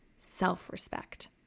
self-respect